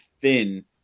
thin